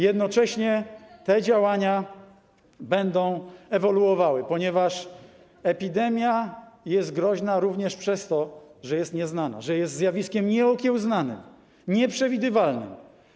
Jednocześnie te działania będą ewoluowały, ponieważ epidemia jest groźna również przez to, że jest nieznana, jest zjawiskiem nieokiełznanym, nieprzewidywalnym.